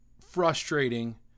frustrating